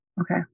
Okay